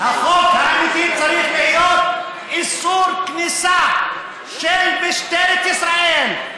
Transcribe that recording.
החוק האמיתי צריך להיות איסור כניסה של משטרת ישראל,